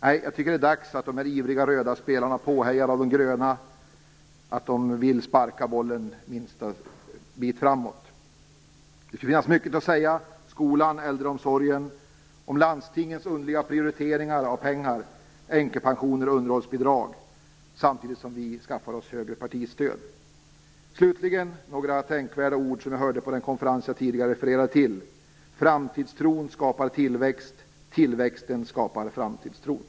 Nej, det är dags att de ivriga röda spelarna, påhejade av de gröna, sparkar bollen framåt. Det finns mycket att säga om skolan, äldreomsorgen, landstingens underliga prioriteringar av sina pengar, änkepensioner och underhållsbidrag, samtidigt som vi skaffar oss högre partistöd. Slutligen vill jag säga några tänkvärda ord som jag hörde på den konferens som jag tidigare refererade till: Framtidstron skapar tillväxt. Tillväxten skapar framtidstron.